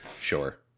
Sure